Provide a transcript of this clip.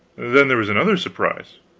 then there was another surprise.